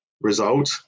result